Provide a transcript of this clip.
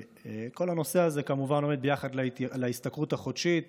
כל הנושא הזה כמובן עומד ביחד עם ההשתכרות החודשית